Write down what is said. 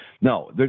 No